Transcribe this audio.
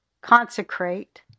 consecrate